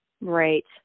Right